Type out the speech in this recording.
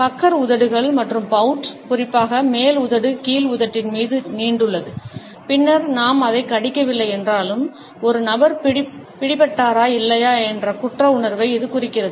Bakr உதடுகள் மற்றும் pout குறிப்பாக மேல் உதடு கீழ் உதட்டின் மீது நீண்டுள்ளது பின்னர் நாம் அதைக் கடிக்கவில்லை என்றாலும் ஒரு நபர் பிடிபட்டாரா இல்லையா என்ற குற்ற உணர்வை இது குறிக்கிறது